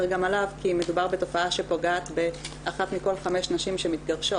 גם עליו כי מדובר בתופעה שפוגעת באחת מכל חמש נשים שמתגרשות.